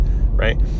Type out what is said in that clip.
right